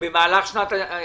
במהלך שנת 2020,